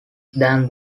than